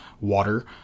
water